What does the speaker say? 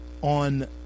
On